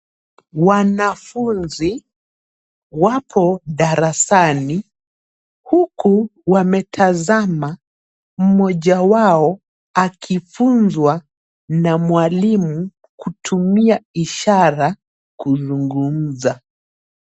Wanafunzi wapo darasani huku wametazama mmoja wao akifunzwa na mwalimu kutumia ishara kuzungumza.